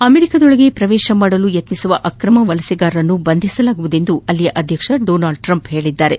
ಅಮೆರಿಕದೊಳಗೆ ಪ್ರವೇಶಿಸಲು ಯತ್ತಿಸುವ ಅಕ್ರಮ ವಲಸೆಗಾರರನ್ನು ಬಂಧಿಸಲಾಗುವುದು ಎಂದು ಅಲ್ಲಿನ ಅಧ್ಯಕ್ಷ ಡೊನಾಲ್ಡ್ ಟ್ರಂಪ್ ಹೇಳಿದ್ದಾರೆ